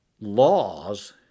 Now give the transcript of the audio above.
laws